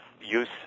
use